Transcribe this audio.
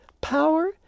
Power